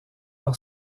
par